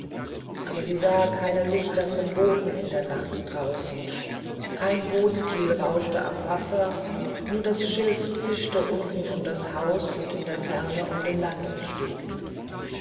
aber sie sah keine lichter von booten in der nacht draußen kein bootskiel rauschte im wasser nur das schilf zischte unten um das haus und in der ferne um den